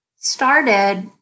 started